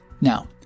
Now